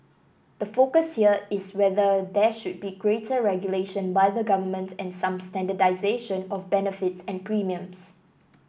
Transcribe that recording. the focus here is whether there should be greater regulation by the government and some standardisation of benefits and premiums